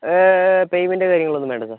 payment കാര്യങ്ങളോ ഒന്നും വേണ്ട സാർ